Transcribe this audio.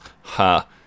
ha